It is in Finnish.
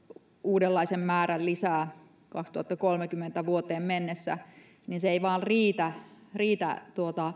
uudenlaisen määrän lisää vuoteen kaksituhattakolmekymmentä mennessä niin se ei vain riitä riitä